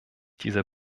dieser